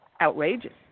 outrageous